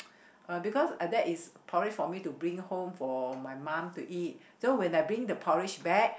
uh because uh that is porridge for me to bring home for my mum to eat so when I bring the porridge back